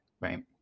right